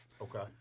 Okay